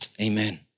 Amen